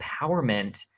empowerment